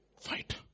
Fight